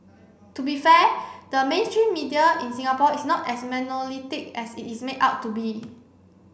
to be fair the mainstream media in Singapore is not as monolithic as it is made out to be